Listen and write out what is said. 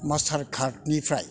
master कार्दनिफ्राय